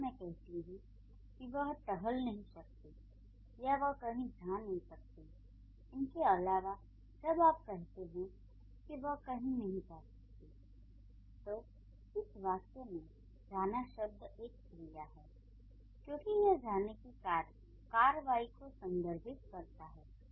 जब मैं कहती हूँ कि वह टहल नहीं सकती या वह कहीं नहीं जा सकती इनके अलावा जब आप कहते हैं कि वह कहीं नहीं जा सकती है तो इस वाक्य में 'जाना' शब्द एक क्रिया है क्योंकि यह जाने की कार्रवाई को संदर्भित करता है